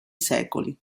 secoli